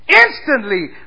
instantly